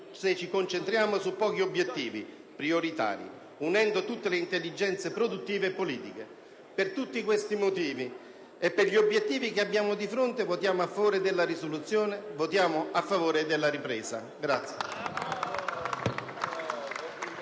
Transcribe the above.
se ci concentriamo su pochi obiettivi prioritari unendo tutte le intelligenze produttive e politiche. Per tutti questi motivi, e per gli obiettivi che abbiamo di fronte, votiamo a favore della proposta di risoluzione, votiamo a favore della ripresa.